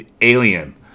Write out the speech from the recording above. alien